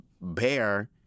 bear